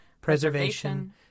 preservation